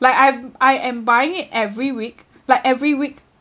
Iike I'm I am buying it every week like every week